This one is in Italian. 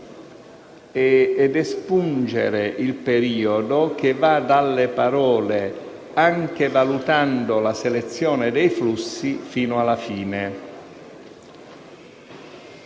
sia espunto il periodo che va dalle parole «anche valutando la selezione dei flussi» fino alla fine.